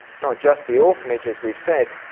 not just the orphanages we've said,